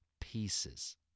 pieces